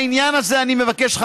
בעניין הזה אני מבקש להדגיש,